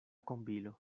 kombilo